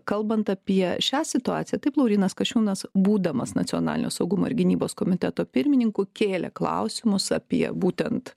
kalbant apie šią situaciją taip laurynas kasčiūnas būdamas nacionalinio saugumo ir gynybos komiteto pirmininku kėlė klausimus apie būtent